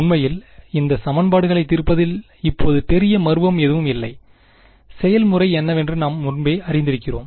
உண்மையில் இந்த சமன்பாடுகளைத் தீர்ப்பதில் இப்போது பெரிய மர்மம் எதுவும் இல்லை செயல்முறை என்னவென்று நாம் முன்பே அறிந்திருக்கிறோம்